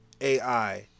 ai